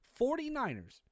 49ers